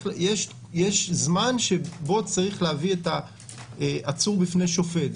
יש זמן שבו צריך להביא את העצור בפני שופט.